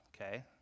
okay